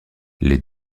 les